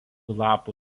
lapų